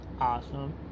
awesome